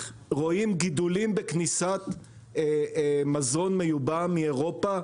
רואים גידולים בכניסת מזון מיובא מאירופה.